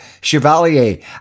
Chevalier